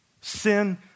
Sin